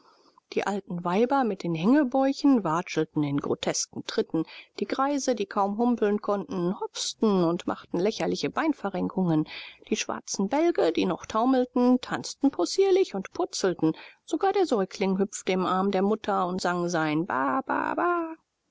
die alten weiber mit den hängebäuchen watschelten in grotesken tritten die greise die kaum humpeln konnten hopsten und machten lächerliche beinverrenkungen die schwarzen bälge die noch taumelten tanzten possierlich und purzelten sogar der säugling hüpfte im arm der mutter und sang sein bababa